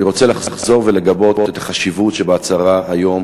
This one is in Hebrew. אני רוצה לחזור ולגבות את החשיבות שבהצהרה היום